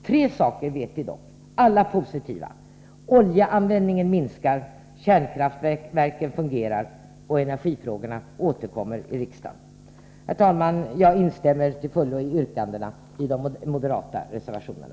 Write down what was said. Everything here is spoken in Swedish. Tre saker, alla positiva, vet vi dock: oljeanvändningen minskar, kärnkraftverken fungerar, och energifrågorna återkommer i riksdagen. Herr talman! Jag instämmer till fullo i yrkandena i de moderata reservationerna.